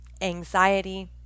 anxiety